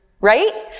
Right